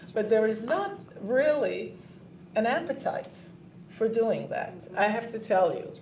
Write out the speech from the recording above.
but there is not really an appetite for doing that. i have to tell you.